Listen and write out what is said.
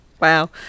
Wow